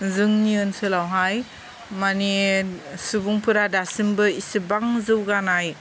जोंनि ओनसोलावहाय माने सुबुंफोरा दासिमबो इसेबां जौगानाय